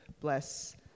bless